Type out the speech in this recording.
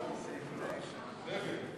ההסתייגות של קבוצת סיעת יש עתיד לסעיף 8 לא